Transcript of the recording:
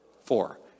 Four